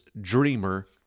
dreamer